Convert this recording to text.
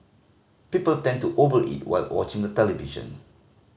people tend to over eat while watching the television